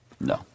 No